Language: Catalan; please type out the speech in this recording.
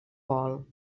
vol